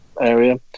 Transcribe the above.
area